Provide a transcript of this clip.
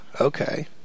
okay